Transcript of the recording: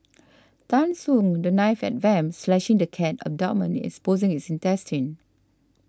Tan swung the knife at vamp slashing the cat abdominis exposing its intestines